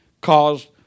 caused